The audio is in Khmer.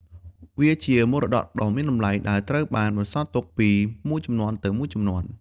វាជាមរតកដ៏មានតម្លៃ ដែលត្រូវបានបន្សល់ទុកពីមួយជំនាន់ទៅមួយជំនាន់។